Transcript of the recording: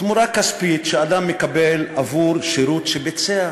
תמורה כספית שאדם מקבל עבור שירות שביצע,